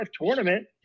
tournament